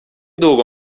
długo